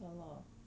ya lah